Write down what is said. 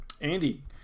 Andy